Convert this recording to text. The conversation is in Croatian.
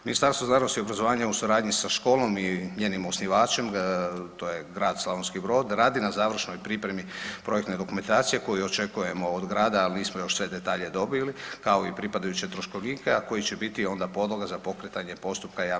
Ministarstvo znanosti i obrazovanja u suradnji sa školom i njenim osnivačem, to je grad Slavonski Brod, radi na završnoj pripremi projektne dokumentacije koju očekujemo od grada, al nismo još sve detalje dobili, kao i pripadajuće troškovnike, a koji će biti onda podloga za pokretanje postupka javne nabave.